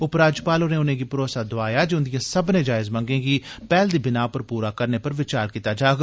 उपराज्यपाल होरे उनेंगी भरोसा दोआया जे उन्दियें सब्बर्ने जायज मंगें गी पैहल दी बिनाह पर पूरा करने पर विचार कीता जाग